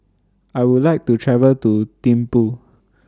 I Would like to travel to Thimphu